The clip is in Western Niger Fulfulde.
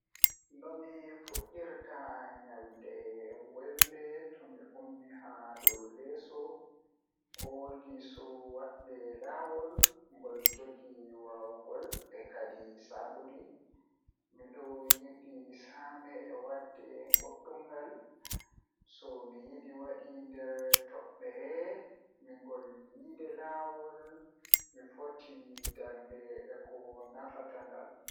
Nomi fuɗɗirta nyalanɗe welnde tomi ummi haa dow leso Ko woni so waɗde laawol ngol njogii waawugol e kaɗi sabuɗi, miɗo yiɗi saama e waɗde goɗɗum ngal. So mi waɗi nder toɓɓere mi ngoni yiɗde laawol, mi foti ndaarnde e ko nafa ngal